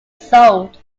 sold